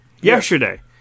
yesterday